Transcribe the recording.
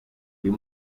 uyu